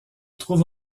trouve